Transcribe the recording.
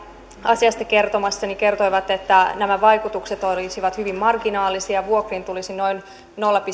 asiasta kertomassa kertoivat että nämä vaikutukset olisivat hyvin marginaalisia vuokriin tulisi noin noin